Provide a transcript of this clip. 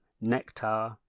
Nectar